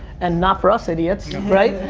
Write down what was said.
and now for us idiots, right?